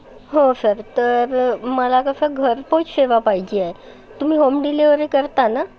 हो सर तर मला कसं घरपोच सेवा पाहिजे आहे तुम्ही होम डिलेव्हरी करता ना